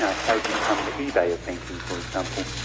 and how would you become the ebay of banking, for example.